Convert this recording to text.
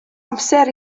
amser